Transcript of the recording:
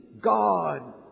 God